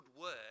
work